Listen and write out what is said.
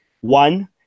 one